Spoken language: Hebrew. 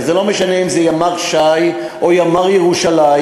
וזה לא משנה אם זה ימ"ר ש"י או ימ"ר ירושלים,